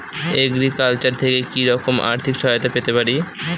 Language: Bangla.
এগ্রিকালচার থেকে কি রকম আর্থিক সহায়তা পেতে পারি?